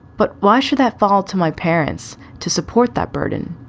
but why should that fall to my parents to support that burden?